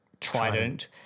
trident